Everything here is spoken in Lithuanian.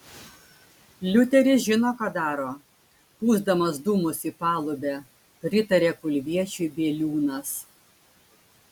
liuteris žino ką daro pūsdamas dūmus į palubę pritarė kulviečiui bieliūnas